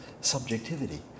subjectivity